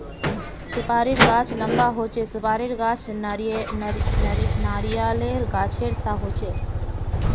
सुपारीर गाछ लंबा होचे, सुपारीर गाछ नारियालेर गाछेर सा होचे